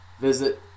Visit